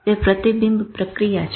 તે પ્રતિબિંબ પ્રક્રિયા છે